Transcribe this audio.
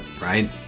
Right